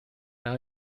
now